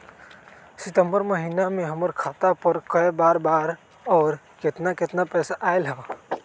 सितम्बर महीना में हमर खाता पर कय बार बार और केतना केतना पैसा अयलक ह?